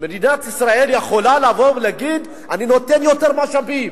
מדינת ישראל יכולה לבוא ולהגיד: אני נותן יותר משאבים,